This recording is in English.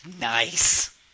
Nice